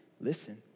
listen